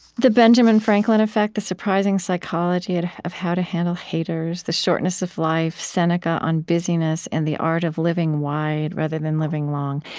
the benjamin franklin effect the surprising psychology ah of how to handle haters, the shortness of life seneca on busyness and the art of living wide rather than living long.